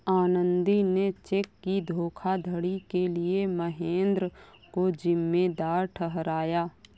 आनंदी ने चेक की धोखाधड़ी के लिए महेंद्र को जिम्मेदार ठहराया